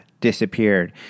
disappeared